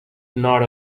not